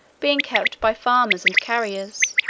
being kept by farmers and carriers,